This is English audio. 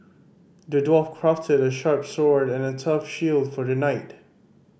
the dwarf crafted a sharp sword and a tough shield for the knight